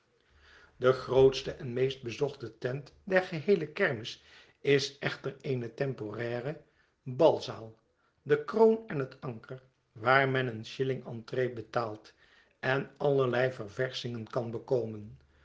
de grootste en meest bezochte tent der geheele kermis is echter eene temporaire balzaal de kroon en het anker waar men een shilling entree betaalt en allerlei ververschingen kan bekomem